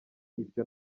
ibyo